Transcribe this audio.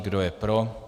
Kdo je pro?